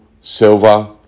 silver